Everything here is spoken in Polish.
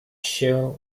się